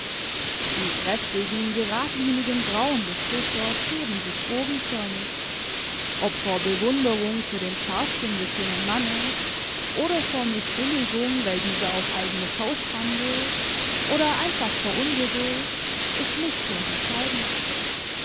die kräftigen geradlinigen brauen des bischofs heben sich bogenförmig ob vor bewunderung für den scharfsinn des jungen mannes oder vor mißbilligung weil dieser auf eigene faust handelt oder einfach vor ungeduld ist nicht zu unterscheiden